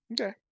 Okay